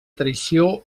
traïció